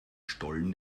stollen